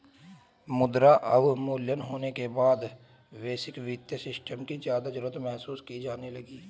मुद्रा अवमूल्यन होने के बाद वैश्विक वित्तीय सिस्टम की ज्यादा जरूरत महसूस की जाने लगी